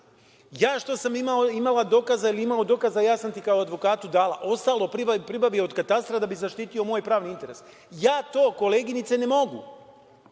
ja što sam imao ili imala dokaza ja sam ti kao advokatu dala, ostalo pribavi od katastra da bi zaštitio moj pravni interes - ja to, koleginice, ne mogu,